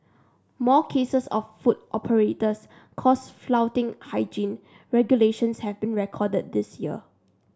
more cases of food operators caught flouting hygiene regulations have been recorded this year